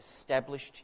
established